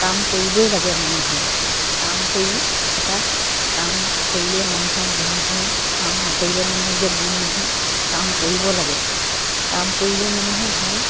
কাম কৰিবই লাগে মানুহে কাম কৰি এটা কাম কৰিলে মানুহৰ গুণ হয় কাম নকৰিলে মানে যে গুণ নহয় কাম কৰিব লাগে কাম কৰিলে মানুহে ভাল